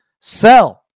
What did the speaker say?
sell